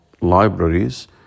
libraries